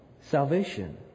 salvation